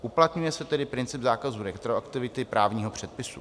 Uplatňuje se tedy princip zákazu retroaktivity právního předpisu.